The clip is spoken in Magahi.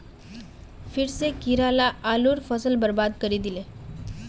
फेर स कीरा ला आलूर फसल बर्बाद करे दिले